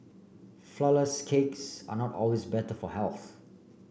flourless cakes are not always better for health